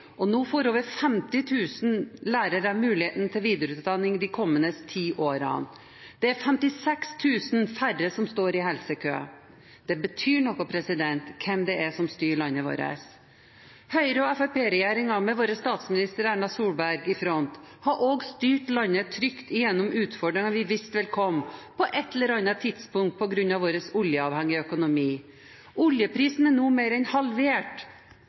og nå får over 50 000 lærere muligheten til videreutdanning de kommende ti årene. Det er 56 000 færre som står i helsekø. Det betyr noe hvem det er som styrer landet vårt. Høyre–Fremskrittsparti-regjeringen, med vår statsminister Erna Solberg i front, har også styrt landet trygt gjennom utfordringene vi visste ville komme på et eller annet tidspunkt på grunn av vår oljeavhengige økonomi. Oljeprisen er nå mer enn halvert